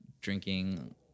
drinking